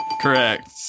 Correct